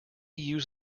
use